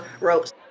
wrote